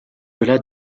delà